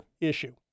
issue